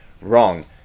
wrong